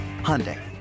Hyundai